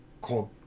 called